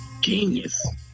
Genius